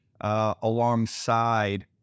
alongside